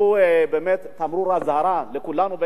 הוא תמרור אזהרה לכולנו,